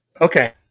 Okay